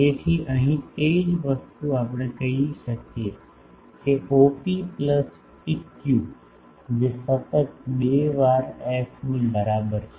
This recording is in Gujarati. તેથી અહીં તે જ વસ્તુ આપણે કહી શકીએ કે ઓપી પ્લસ પીક્યુ જે સતત બે વાર f ની બરાબર છે